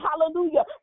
hallelujah